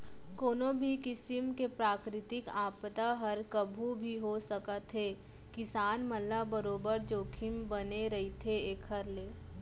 कोनो भी किसिम के प्राकृतिक आपदा हर कभू भी हो सकत हे किसान मन ल बरोबर जोखिम बने रहिथे एखर ले